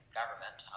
government